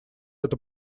эта